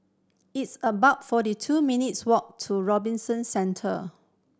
it's about forty two minutes' walk to Robinson Centre